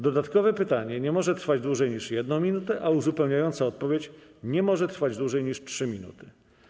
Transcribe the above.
Dodatkowe pytanie nie może trwać dłużej niż 1 minutę, a uzupełniająca odpowiedź nie może trwać dłużej niż 3 minuty.